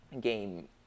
game